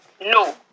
No